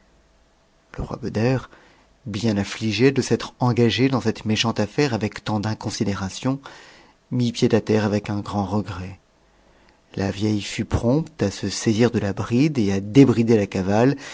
le roi beder bien affligé de s'être engagé dans cette méchante affaire avec tant d'inconsidération mit pied à terre avec un grand regret la vieille fut prompte à se saisir de la bride et à débrider la cavale